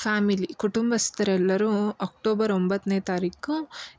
family ಕುಟುಂಬಸ್ಥರೆಲ್ಲರೂ October ಒಂಬತ್ತನೇ ತಾರೀಖು